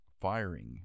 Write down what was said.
firing